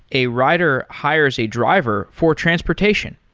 a rider hires a driver for transportation.